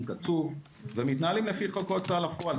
קצוב ומתנהלים לפי חוק ההוצאה לפועל.